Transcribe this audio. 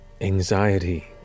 Anxiety